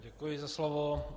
Děkuji za slovo.